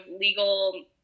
legal